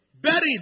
Buried